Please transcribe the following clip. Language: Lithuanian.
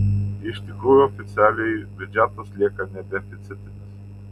iš tikrųjų oficialiai biudžetas lieka nedeficitinis